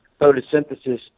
photosynthesis